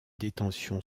détention